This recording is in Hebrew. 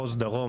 מחוז דרום,